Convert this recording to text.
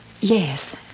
Yes